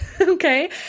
Okay